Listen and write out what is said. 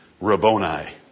Rabboni